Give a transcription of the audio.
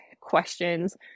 questions